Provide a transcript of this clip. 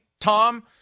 Tom